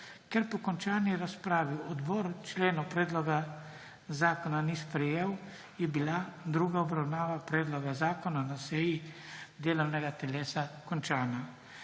Ker po končani razpravi odbor členov predloga zakona ni sprejel, je bila druga obravnava predloga zakona na seji delovnega telesa končana.